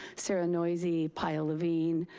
sarah noisy, pia levine,